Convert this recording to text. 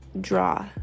draw